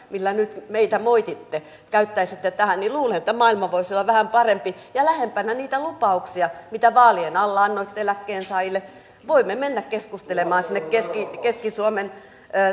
millä nyt meitä moititte käyttäisitte tähän niin luulen että maailma voisi olla vähän parempi ja lähempänä niitä lupauksia mitä vaalien alla annoitte eläkkeensaajille voimme mennä keskustelemaan sinne keski keski suomen